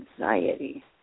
anxiety